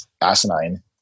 asinine